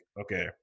okay